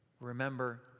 Remember